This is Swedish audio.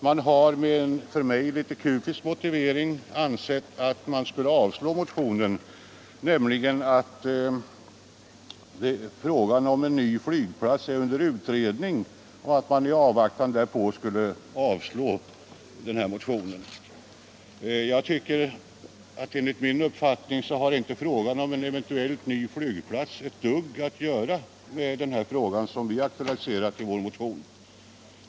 Med en som jag tycker litet kufisk motivering har utskottet yrkat avslag på motionen därför att frågan om en ny flygplats är under utredning. Enligt min mening har dock inte frågan om en eventuell ny flygplats ett dugg att göra med den fråga som vi har aktualiserat i vår motion.